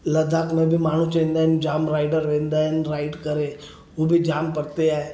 लद्दाख़ में बि माण्हू चवंदा आहिनि जाम राइडर वेंदा आहिनि राइड करे हूअ बि जाम परिते आहे